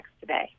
today